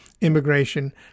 immigration